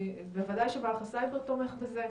בוודאי שמערך הסייבר תומך בזה ,